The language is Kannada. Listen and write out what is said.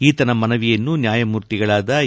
ಈತನ ಮನವಿಯನ್ನು ನ್ಯಾಯಾಮೂರ್ತಿಗಳಾದ ಎ